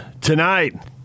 tonight